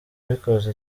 bikoze